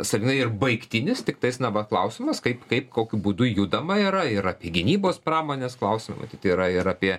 sąvynai ir baigtinis tiktais na va klausimas kaip kaip kokiu būdu judama yra ir apie gynybos pramonės klausimą matyt tai yra ir apie